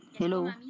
Hello